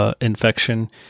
infection